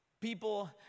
people